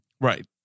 Right